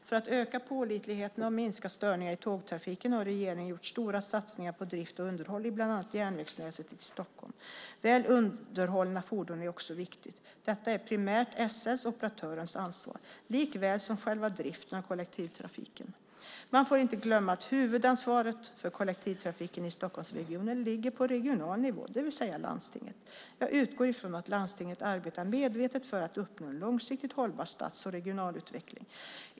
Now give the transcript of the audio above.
För att öka pålitligheten och minska störningarna i tågtrafiken har regeringen gjort stora satsningar på drift och underhåll i bland annat järnvägsnätet i Stockholm. Väl underhållna fordon är också viktigt. Detta är primärt SL:s och operatörernas ansvar, likaväl som själva driften av kollektivtrafiken. Man får inte glömma att huvudansvaret för kollektivtrafiken i Stockholmsregionen ligger på regional nivå, det vill säga landstinget. Jag utgår ifrån att landstinget arbetar medvetet för att uppnå en långsiktigt hållbar stadsutveckling och regional utveckling.